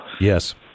Yes